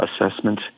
assessment